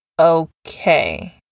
okay